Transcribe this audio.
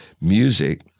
music